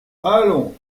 allons